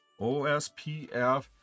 OSPF